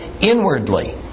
inwardly